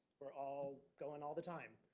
we're all going all the time.